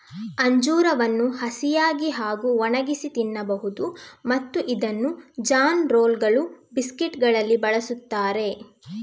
ಅಂಜೂರವನ್ನು ಹಸಿಯಾಗಿ ಹಾಗೂ ಒಣಗಿಸಿ ತಿನ್ನಬಹುದು ಮತ್ತು ಇದನ್ನು ಜಾನ್ ರೋಲ್ಗಳು, ಬಿಸ್ಕೆಟುಗಳಲ್ಲಿ ಬಳಸುತ್ತಾರೆ